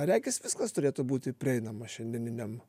regis viskas turėtų būti prieinama šiandieniniam